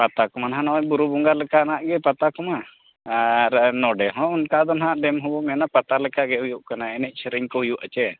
ᱯᱟᱛᱟ ᱠᱚᱢᱟ ᱦᱟᱜ ᱱᱚᱜᱼᱚᱸᱭ ᱵᱩᱨᱩ ᱵᱚᱸᱜᱟ ᱞᱮᱠᱟ ᱱᱟᱜ ᱜᱮ ᱯᱟᱛᱟ ᱠᱚᱢᱟ ᱟᱨ ᱱᱚᱰᱮ ᱦᱚᱸ ᱚᱱᱠᱟ ᱫᱚ ᱦᱟᱜ ᱰᱮᱢ ᱦᱚᱸ ᱵᱚ ᱢᱮᱱᱟ ᱯᱟᱛᱟ ᱞᱮᱠᱟ ᱜᱮ ᱦᱩᱭᱩᱜ ᱠᱟᱱᱟ ᱥᱮᱱᱮᱡ ᱥᱮᱨᱮᱧ ᱜᱮ ᱦᱩᱭᱩᱜᱼᱟ ᱪᱮ